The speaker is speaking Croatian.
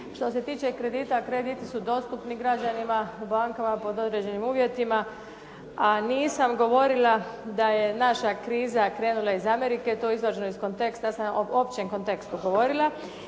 Što se tiče kredita krediti su dostupni građani u bankama pod određenim uvjetima a nisam govorila da je naša kriza krenula iz Amerike, to je izvađeno iz konteksta. Ja sam o općem kontekstu govorila.